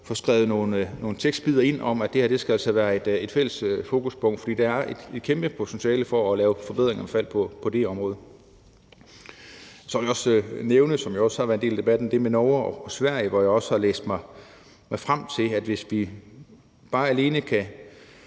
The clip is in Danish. at få skrevet nogle tekstbidder ind om, at det her skal være et fælles fokuspunkt, fordi der er et kæmpe potentiale for at lave forbedringer på det område. Så vil jeg også nævne noget, der har været en del af debatten, nemlig det med Norge og Sverige. Der har jeg også læst mig frem til, at hvis bare andelen